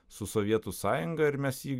su sovietų sąjunga ir mes jį